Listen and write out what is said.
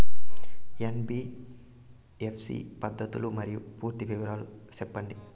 NBFC పద్ధతులు మరియు పూర్తి వివరాలు సెప్పండి?